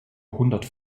hundert